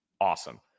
awesome